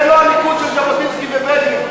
זה לא המיקוד של ז'בוטינסקי ובגין,